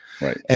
Right